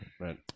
right